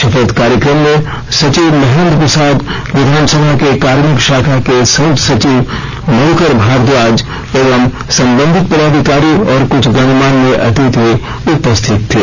शपथ कार्यक्रम में सचिव महेंद्र प्रसाद विधानसभा के कार्मिक शाखा के संयुक्त सचिव मधुकर भारद्वाज एवं संबंधित पदाधिकारी और कुछ गणमान्य अतिथि उपस्थित थे